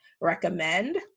recommend